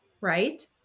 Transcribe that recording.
Right